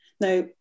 now